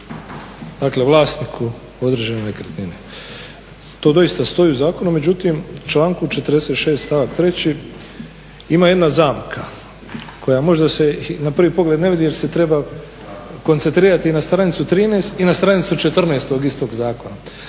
dakle vlasniku određene nekretnine. To doista stoji u zakonu. Međutim u članku 46.stavak 3.ima jedna zamka koja se možda na pravi pogled ne vidi jer se treba koncentrirati na stranicu 13 i na stranicu 14 toga zakona.